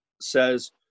says